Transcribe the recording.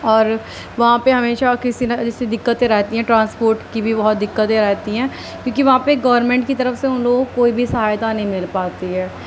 اور وہاں پہ ہمیشہ کسی نہ کسی دقتیں رہتی ہیں ٹرانسپورٹ کی بھی بہت دقتیں آتی ہیں کیوں کہ وہاں پہ گورنمنٹ کی طرف سے ان لوگوں کو کوئی بھی سہایتا نہیں مل پاتی ہے